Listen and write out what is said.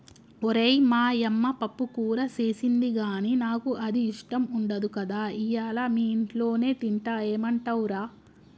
ఓరై మా యమ్మ పప్పుకూర సేసింది గానీ నాకు అది ఇష్టం ఉండదు కదా ఇయ్యల మీ ఇంట్లోనే తింటా ఏమంటవ్ రా